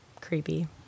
creepy